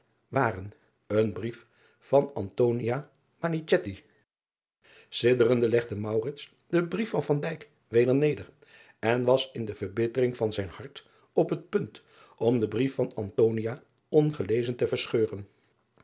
waren een brief van idderende legde den brief van weder neder en was in de verbittering van zijn hart op het punt om den brief van ongelezen te verscheuren